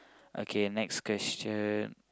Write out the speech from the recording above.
okay next question